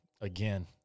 again